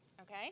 okay